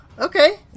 Okay